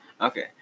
Okay